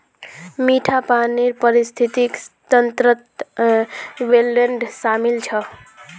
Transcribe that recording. मीठा पानीर पारिस्थितिक तंत्रत वेट्लैन्ड शामिल छ